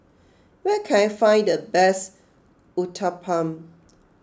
where can I find the best Uthapam